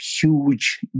huge